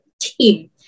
team